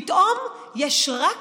פתאום יש רק